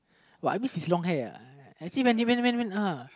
uh I missed his long hair uh actually when he went went uh